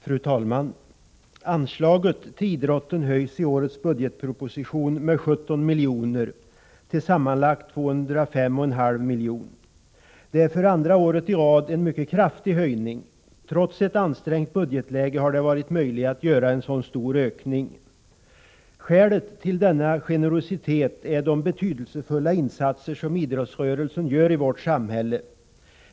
Fru talman! Anslaget till idrotten höjs i årets budgetproposition med 17 milj.kr. till sammanlagt 205,5 milj.kr. Det är för andra året i rad en mycket kraftig höjning. Trots ett ansträngt budgetläge har det varit möjligt att göra en så stor ökning. Skälet till denna generositet är de betydelsefulla insatser som idrottsrörelsen gör i vårt samhälle.